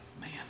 man